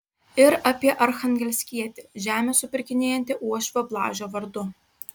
ir apie archangelskietį žemę supirkinėjantį uošvio blažio vardu